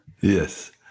Yes